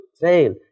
fail